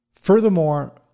Furthermore